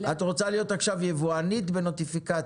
את רוצה להיות עכשיו יבואנית בנוטיפיקציה.